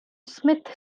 smith